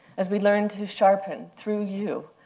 as we learn to sharpen, through you,